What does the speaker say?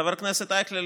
חבר הכנסת אייכלר,